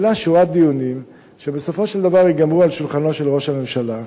העלה שורת דיונים שבסופו של דבר ייגמרו על שולחנו של ראש הממשלה.